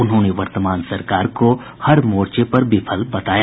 उन्होंने वर्तमान सरकार को हर मोर्चे पर विफल बताया